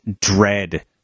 dread